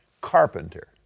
carpenter